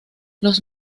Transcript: los